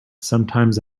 sometimes